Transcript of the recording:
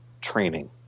training